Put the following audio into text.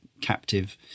captive